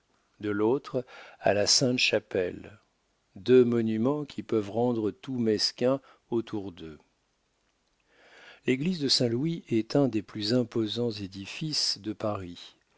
de l'autre à la sainte-chapelle deux monuments qui peuvent rendre tout mesquin autour d'eux l'église de saint louis est un des plus imposants édifices de paris